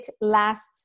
last